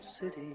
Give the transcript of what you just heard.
city